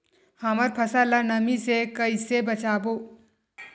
हमर फसल ल नमी से क ई से बचाबो?